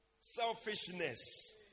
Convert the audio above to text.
Selfishness